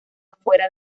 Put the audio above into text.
fuera